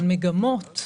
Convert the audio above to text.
על מגמות,